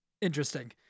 interesting